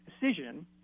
decision